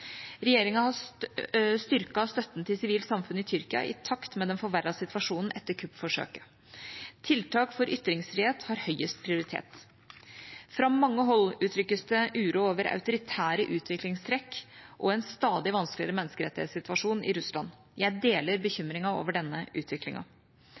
Regjeringa har styrket støtten til sivilt samfunn i Tyrkia i takt med den forverrede situasjonen etter kuppforsøket i 2016. Tiltak for ytringsfrihet har høyest prioritet. Fra mange hold uttrykkes det uro over autoritære utviklingstrekk og en stadig vanskeligere menneskerettighetssituasjon i Russland. Jeg deler